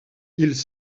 ils